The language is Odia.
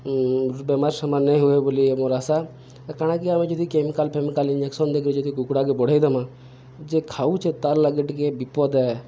ବେମାର ସେମାନ ନେଇ ହୁଏ ବୋଲି ମୋର ଆଶା କାଣାକି ଆମେ ଯଦି କେମିକାଲ ଫେମିକାଲ ଇଞ୍ଜେକ୍ସନ୍ ଦେଇକି ଯଦି କୁକୁଡ଼ାକେ ବଢ଼େଇଦମା ଯେ ଖାଉଛେ ତାର୍ ଲାଗି ଟିକେ ବିପଦେ